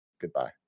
Goodbye